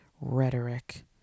rhetoric